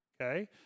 okay